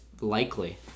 likely